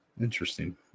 Interesting